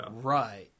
Right